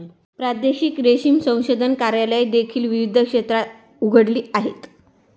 प्रादेशिक रेशीम संशोधन कार्यालये देखील विविध क्षेत्रात उघडली आहेत